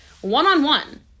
one-on-one